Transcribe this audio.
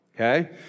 Okay